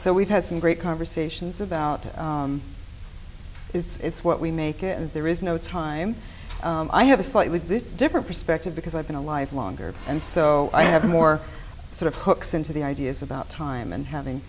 so we've had some great conversations about it's what we make it and there is no time i have a slightly different perspective because i've been alive longer and so i have more sort of hooks into the ideas about time and having